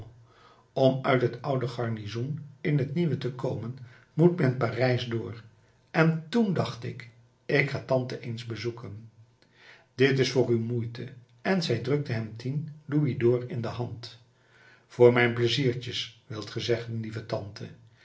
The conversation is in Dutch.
om uit het oude garnizoen in het nieuwe te komen moet men parijs door en toen dacht ik ik ga tante eens bezoeken dit is voor uw moeite en zij drukte hem tien louisd'ors in de hand voor mijn pleiziertjes wilt ge zeggen lieve tante